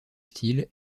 style